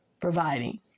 providing